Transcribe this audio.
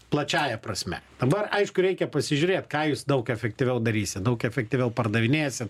plačiąja prasme dabar aišku reikia pasižiūrėt ką jūs daug efektyviau darysit daug efektyviau pardavinėsit